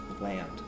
land